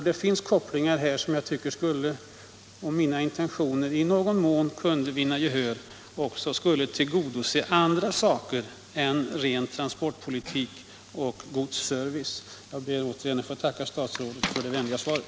Det finns alltså här kopplingar som, om mina intentioner i någon mån kunde vinna gehör, också skulle tillgodose andra saker än ren transportpolitik och godsservice. Jag ber att återigen få tacka statsrådet för det välvilliga svaret.